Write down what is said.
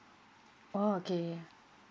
okay